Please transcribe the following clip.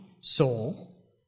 soul